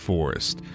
Forest